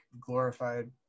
glorified